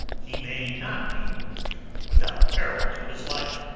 he may not be moved without peril to his life.